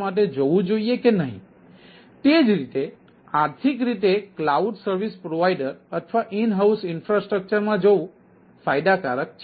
માટે જવું કે નહીં તે જ રીતે આર્થિક રીતે ક્લાઉડ સર્વિસ પ્રોવાઇડર અથવા ઈન હાઉસ ઇન્ફ્રાસ્ટ્રક્ચરમાં જવું ફાયદાકારક છે